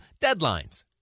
deadlines